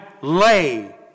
lay